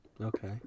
okay